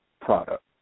product